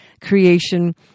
creation